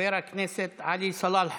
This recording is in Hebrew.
חבר הכנסת עלי סלאלחה.